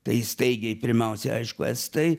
tai staigiai pirmiausia aišku estai